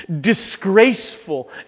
disgraceful